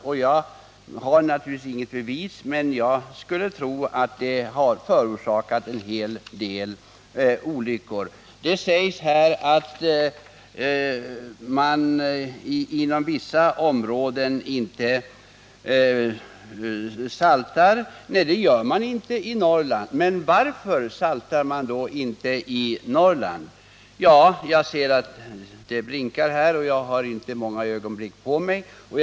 Utan att ha några bevis för det tror jag ändå att detta kan ligga bakom en hel del inträffade olyckor. Det har vidare framhållits att man inte saltar vägarna inom vissa områden i Norrland. Varför saltar man då inte vägarna i Norrland? — Jag ser att min tid för detta inlägg nu är ute.